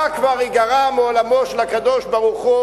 מה כבר ייגרע מעולמו של הקדוש-ברוך-הוא